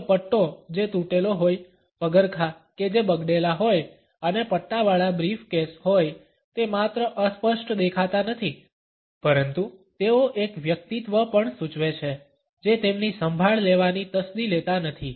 જો પટ્ટો જે તૂટેલો હોય પગરખાં કે જે બગડેલા હોય અને પટ્ટાવાળા બ્રીફકેસ હોય તે માત્ર અસ્પષ્ટ દેખાતા નથી પરંતુ તેઓ એક વ્યક્તિત્વ પણ સૂચવે છે જે તેમની સંભાળ લેવાની તસ્દી લેતા નથી